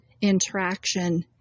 interaction